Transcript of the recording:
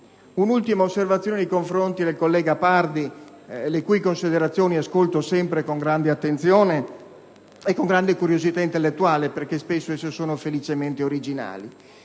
un'ultima osservazione nei confronti del collega Pardi, le cui considerazioni ascolto sempre con grande attenzione e curiosità intellettuale, perché spesso esse sono felicemente originali.